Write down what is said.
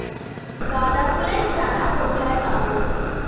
গাঁদা ফুলের চারা কোথায় পাবো?